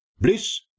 bliss